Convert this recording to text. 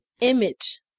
image